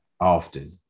Often